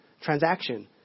transaction